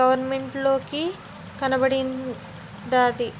గవరమెంటోలికి కనబడ్డాది